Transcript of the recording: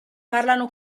parlano